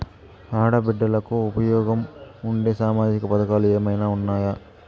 ఆడ బిడ్డలకు ఉపయోగం ఉండే సామాజిక పథకాలు ఏమైనా ఉన్నాయా?